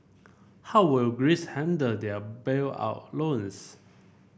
how will Greece handle their bailout loans